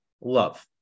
love